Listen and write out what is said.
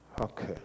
okay